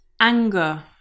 anger